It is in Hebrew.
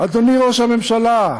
אדוני ראש הממשלה,